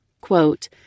Quote